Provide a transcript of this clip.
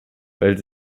weil